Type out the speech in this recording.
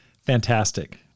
fantastic